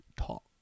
talk